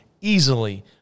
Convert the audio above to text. easily